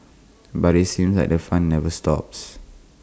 but IT seems like the fun never stops